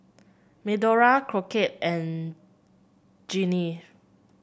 Medora Crockett and Jeanie